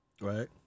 right